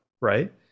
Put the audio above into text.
Right